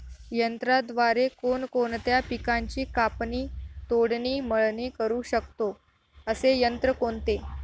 यंत्राद्वारे कोणकोणत्या पिकांची कापणी, तोडणी, मळणी करु शकतो, असे यंत्र कोणते?